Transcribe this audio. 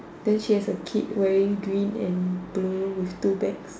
then she has a kid wearing green and blue with two bags